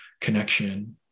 connection